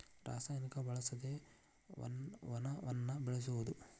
ರಸಾಯನಿಕ ಬಳಸದೆ ವನವನ್ನ ಬೆಳಸುದು